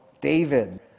David